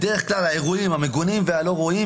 בדרך כלל האירועים המגונים והלא ראויים